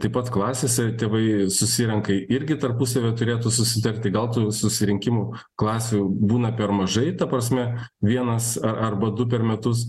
taip pat klasėse tėvai susirenka irgi tarpusavyje turėtų susitikti gal tų susirinkimų klasių būna per mažai ta prasme vienas a arba du per metus